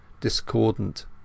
discordant